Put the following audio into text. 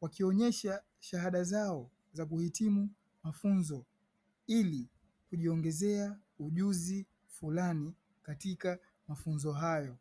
wakionesha shahada zao za kuhitimu mafunzo ili kujiongezea ujuzi fulani katika mafunzo hayo.